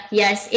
yes